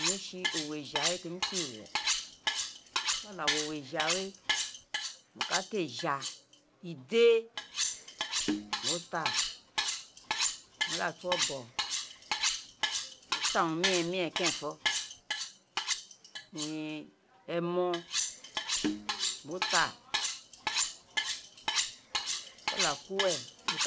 Owun ré sé owo éja wé témi si wo gba wọ owo éja wé, mo ká ká éja idé mo ta, mo ma da fo ọbọn mo ta urun miren miren keren fo urun ẹmo mo ta mo ka da kuri uwe